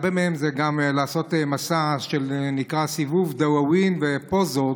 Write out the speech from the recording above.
הרבה מהם זה גם כדי לעשות מסע שנקרא "סיבוב דוואווין" ופוזות,